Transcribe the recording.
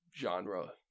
genre